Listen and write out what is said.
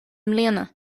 mbliana